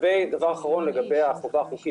דבר אחרון לגבי החובה החוקית.